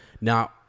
Now